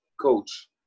coach